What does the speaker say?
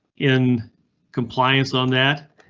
in compliance on that,